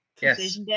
Yes